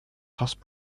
cusp